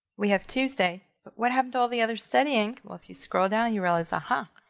we have tuesday, but what happened all the other studying? well if you scroll down you realize, ah huh.